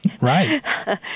Right